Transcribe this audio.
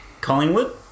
Collingwood